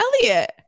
Elliot